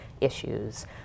issues